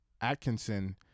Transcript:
Atkinson